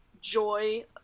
joy